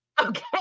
Okay